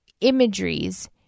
imageries